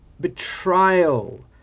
Betrayal